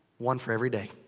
one for every day.